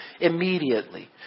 immediately